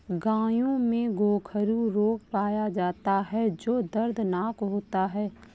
गायों में गोखरू रोग पाया जाता है जो दर्दनाक होता है